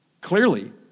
Clearly